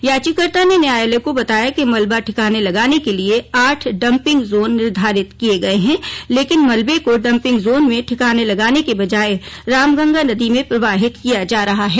याचिकाकर्ता ने न्यायालय को बताया कि मलबा ठिकाने लगाने के लिये आठ डंपिंग जोन निर्धारित किए गए हैं लेकिन मलबे को डंपिंग जोन में ठिकाने लगाने के बजाय रामगंगा नदी में प्रवाहित किया जा रहा है